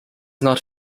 not